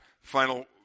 final